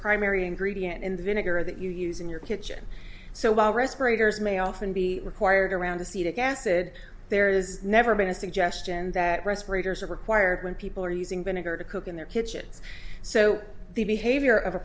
primary ingredient in the vinegar that you use in your kitchen so while respirators may often be required around acetic acid there is never been a suggestion that respirators are required when people are using the nigger to cook in their kitchens so the behavior of a